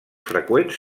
freqüents